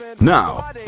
Now